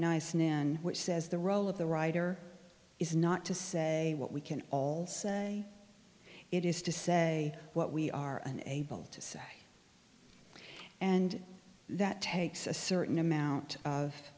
nice nan which says the role of the writer is not to say what we can all say it is to say what we are unable to say and that takes a certain amount of